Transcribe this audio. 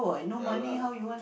ya lah